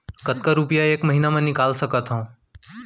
कतका रुपिया एक महीना म निकाल सकथव?